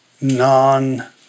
non